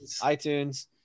iTunes